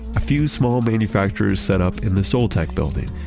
a few small manufacturers set up in the soul tech building,